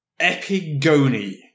Epigoni